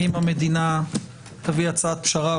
אם המדינה תביא הצעת פשרה,